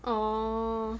orh